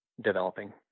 developing